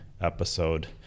episode